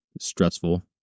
stressful